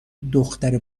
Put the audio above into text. دختر